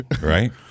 Right